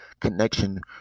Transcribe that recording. connection